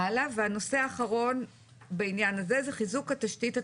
הנושא האחרון בעניין הזה זה חיזוק התשתית הטכנולוגית,